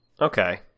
Okay